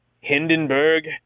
hindenburg